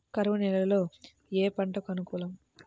కరువు నేలలో ఏ పంటకు అనుకూలం?